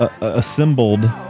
assembled